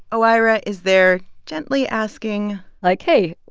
oira is there, gently asking, like, hey,